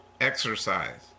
Exercise